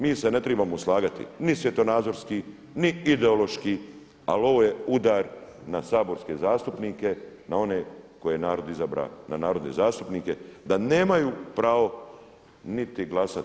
Mi se ne trebamo slagati ni svjetonazorski, ni ideološki, ali ovo je udar na saborske zastupnike, na one koje je narod izabrao za narodne zastupnike da nemaju pravo niti glasati.